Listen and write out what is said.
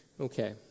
Okay